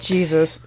Jesus